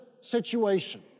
situation